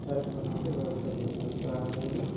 ಪರಿಪೂರ್ಣತೆಗೊಳಿಸಬಹುದು so ಹಾಗಾಗಿ